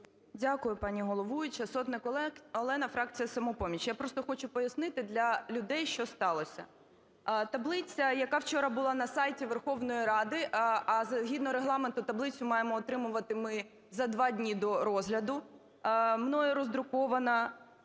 Дякую, пані головуюча! Сотник Олена, фракція "Самопоміч". Я просто хочу пояснити для людей, що сталося. Таблиця, яка вчора була на сайті Верховної Ради, а згідно Регламенту таблицю маємо отримувати ми за два дні до розгляду, мною роздрукована.